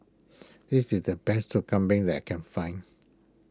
this is the best Sup Kambing that I can find